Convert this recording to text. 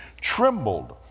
trembled